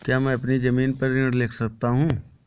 क्या मैं अपनी ज़मीन पर ऋण ले सकता हूँ?